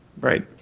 Right